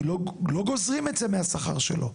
כי לא גוזרים את זה מהשכר שלו.